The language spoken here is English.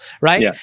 right